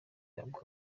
ihabwa